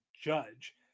judge